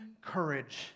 courage